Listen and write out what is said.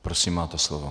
Prosím, máte slovo.